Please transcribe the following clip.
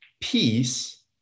peace